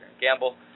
Gamble